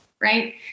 right